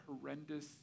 horrendous